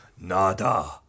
Nada